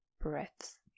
breaths